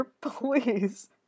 please